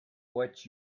what